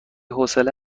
حوصله